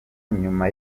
nyuma